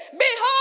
Behold